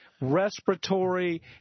respiratory